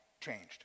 changed